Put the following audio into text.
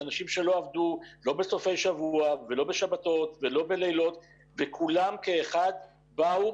זה אנשים שלא עבדו בסופי שבוע ולא בשבתות ולא בלילות וכולם כאחד באו